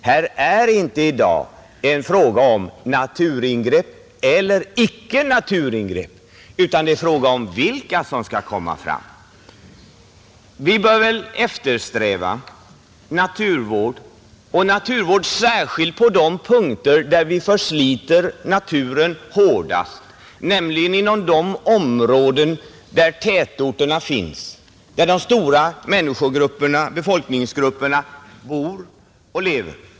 Här är inte i dag fråga om naturingrepp eller icke naturingrepp, utan det är fråga om vilka ingrepp som skall förekomma, Vi bör väl eftersträva naturvård särskilt på de punkter där vi försliter naturen hårdast, nämligen inom de områden där tätorterna finns, där de stora befolkningsgrupperna bor och lever.